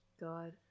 God